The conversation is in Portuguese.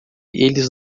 eles